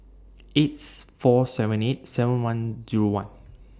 eights four seven eight seven one Zero one